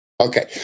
Okay